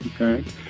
Okay